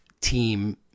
team